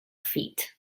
feet